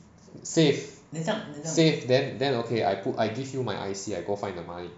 save save then then okay I put I give you my I_C I go find the money